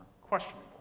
questionable